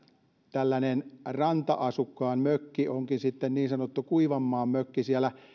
tällainen ranta asukkaan mökki onkin sitten niin sanottu kuivan maan mökki